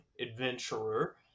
adventurer